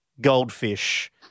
goldfish